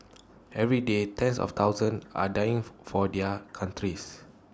every day tens of thousands are dying for for their countries